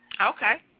Okay